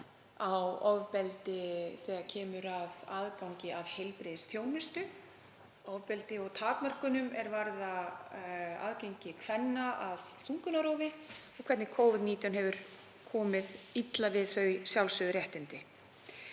á ofbeldi þegar kemur að aðgangi að heilbrigðisþjónustu, ofbeldi og takmarkanir er varða aðgang kvenna að þungunarrofi og hvernig Covid-19 hefur komið illa við þau sjálfsögðu réttindi.